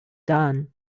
done